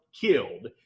Killed